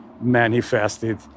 manifested